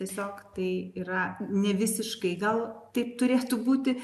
tiesiog tai yra ne visiškai gal taip turėtų būti